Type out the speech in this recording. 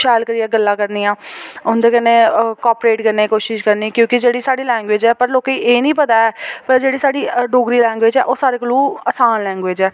शैल करियै गल्लां करनियां उं'दे कन्नै कोआपरेट करने दी कोशश करने क्योंकि जेह्ड़ी साढ़ी लैंग्वेज़ ऐ पर लोकें ई एह् निं पता ऐ पर जेह्ड़ी साढ़ी डोगरी लैंग्वेज़ ऐ ओह् सारे कोलू आसान लैंग्वेज़ ऐ